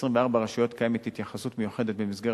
ב-24 רשויות קיימת התייחסות מיוחדת במסגרת